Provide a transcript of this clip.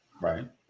Right